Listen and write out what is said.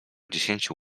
dziesięciu